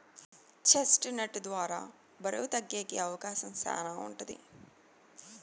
chest నట్ ద్వారా బరువు తగ్గేకి అవకాశం శ్యానా ఉంటది